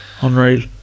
Unreal